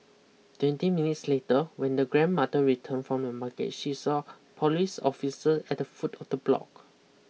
twenty minutes later when the grandmother return from the market she saw police officer at the foot of the block